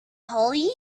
hollie